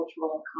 cultural